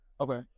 Okay